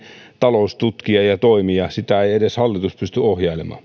taloustutkija ja ja toimija sitä ei edes hallitus pysty ohjailemaan